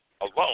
alone